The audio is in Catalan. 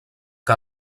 que